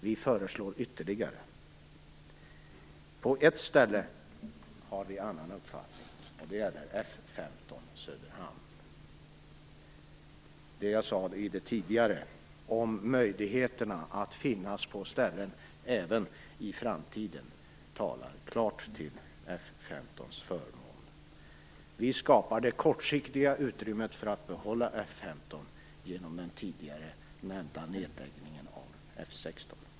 Vi föreslår ytterligare några, och på en punkt har vi en annan uppfattning. Det gäller F 15 Söderhamn. Det jag sade tidigare om möjligheterna att finnas på ett ställe även i framtiden talar klart till F 15:s förmån. Vi skapar det kortsiktiga utrymmet för att behålla F 15 genom den tidigare nämnda nedläggningen av F 16.